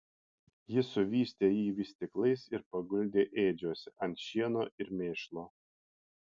ji suvystė jį vystyklais ir paguldė ėdžiose ant šieno ir mėšlo